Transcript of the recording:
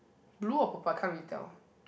blue or purple can't really tell